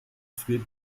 friert